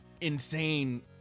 insane